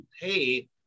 pay